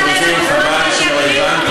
שינוי החוק הוא לגיטימי, שינוי החוק הוא לגיטימי.